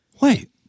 Wait